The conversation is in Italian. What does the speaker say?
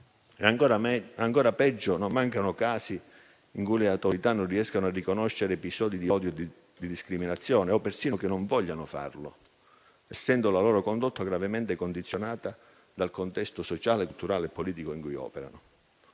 Ancora peggio, non mancano casi in cui le autorità non riescono a riconoscere episodi di odio e discriminazione o persino che non vogliano farlo, essendo la loro condotta gravemente condizionata dal contesto sociale, culturale e politico in cui operano.